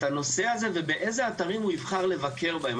הנושא הזה ובאיזה אתרים הוא יבחר לבקר בהם.